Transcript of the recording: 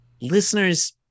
listeners